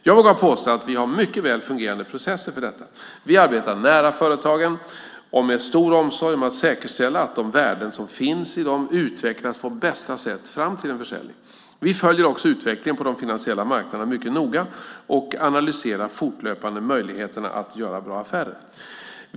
Jag vågar påstå att vi har mycket väl fungerande processer för detta. Vi arbetar nära företagen, och med stor omsorg om att säkerställa att de värden som finns i dem utvecklas på bästa sätt fram till en försäljning. Vi följer också utvecklingen på de finansiella marknaderna mycket noga och analyserar fortlöpande möjligheterna att göra bra affärer.